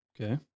Okay